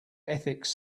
ethics